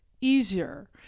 easier